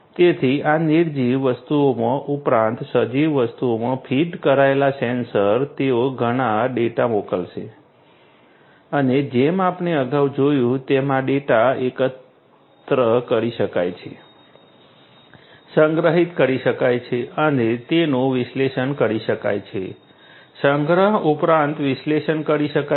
તેથી આ નિર્જીવ વસ્તુઓમાં ઉપરાંત સજીવ વસ્તુઓમાં ફીટ કરાયેલા સેન્સર તેઓ ઘણો ડેટા મોકલશે અને જેમ આપણે અગાઉ જોયું તેમ આ ડેટા એકત્ર કરી શકાય છે સંગ્રહિત કરી શકાય છે અને તેનું વિશ્લેષણ કરી શકાય છે સંગ્રહ ઉપરાંત વિશ્લેષણ કરી શકાય છે